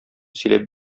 сөйләп